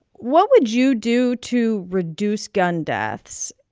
what would you do to reduce gun deaths?